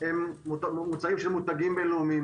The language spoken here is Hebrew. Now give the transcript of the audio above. הם מוצרים של מותגים בינלאומיים.